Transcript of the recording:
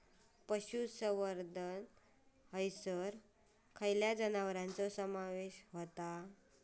पशुसंवर्धन हैसर खैयच्या जनावरांचो समावेश व्हता?